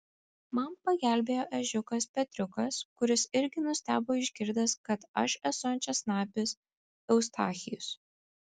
man pagelbėjo ežiukas petriukas kuris irgi nustebo išgirdęs kad aš esu ančiasnapis eustachijus